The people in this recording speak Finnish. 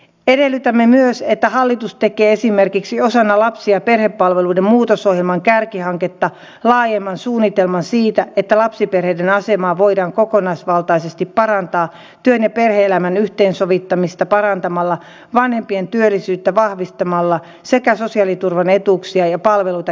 edellytämme myös että hallitus tekee esimerkiksi osana lapsi ja perhepalveluiden muutosohjelman kärkihanketta laajemman suunnitelman siitä että lapsiperheiden asemaa voidaan kokonaisvaltaisesti parantaa työn ja perhe elämän yhteensovittamista parantamalla vanhempien työllisyyttä vahvistamalla sekä sosiaaliturvan etuuksia ja palveluita kehittämällä